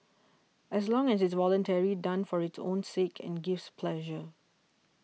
as long it's voluntary done for its own sake and gives pleasure